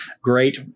Great